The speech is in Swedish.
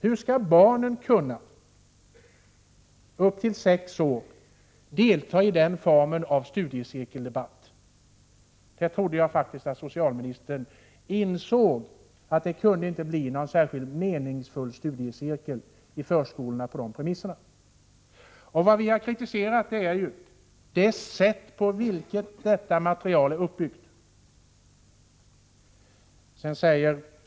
Hur skall barn upp till sex år kunna delta i den formen av studiecirkeldebatt? Jag trodde faktiskt att socialministern insåg att det inte kunde bli någon särskilt meningsfull studiecirkel i förskolorna på de premisserna. Vad vi har kritiserat är det sätt på vilket detta material är uppbyggt.